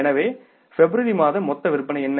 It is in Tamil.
எனவே பிப்ரவரி மாத மொத்த விற்பனை என்ன